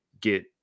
get